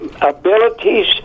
abilities